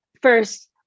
first